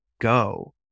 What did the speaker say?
go